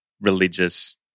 religious